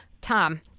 Tom